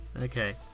Okay